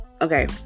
okay